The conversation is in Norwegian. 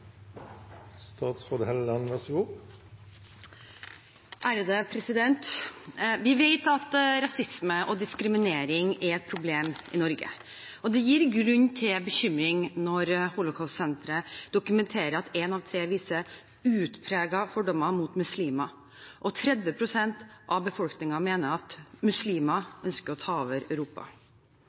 et problem i Norge. Det gir grunn til bekymring når Holocaust-senteret dokumenterer at en av tre viser utpregede fordommer mot muslimer og 30 pst. av befolkningen mener at muslimer ønsker å ta over Europa.